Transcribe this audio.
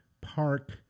park